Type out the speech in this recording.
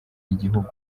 igihugu